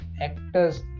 actors